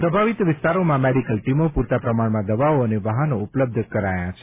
પ્રભાવિત વિસ્તારોમાં મેડિકલ ટીમો પૂરતા પ્રમાણમાં દવાઓ વાહનો ઉપલબ્ધ કરાયા છે